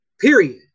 period